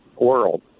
world